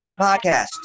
podcast